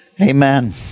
Amen